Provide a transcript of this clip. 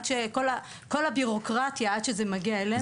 עם כל הבירוקרטיה עד שזה מגיע אלינו.